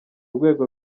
rwego